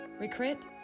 Recruit